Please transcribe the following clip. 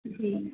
जी